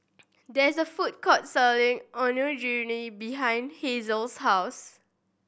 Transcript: there is a food court selling Onigiri behind Hasel's house